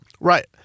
Right